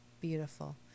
beautiful